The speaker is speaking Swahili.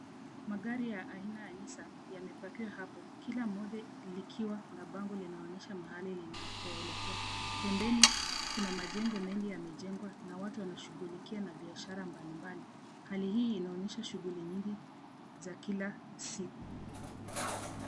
Magari ya aina ya Nissan yamepakiwa hapo. Kila moja likiwa na bango linaonyesha mahali linakoelekea. Pembeni kuna majengo mengi yamejengwa na watu wanashugulikia mabishara mbalimbali. Hali hii inaonyesha shuguli nyingi za kila siku.